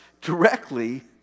directly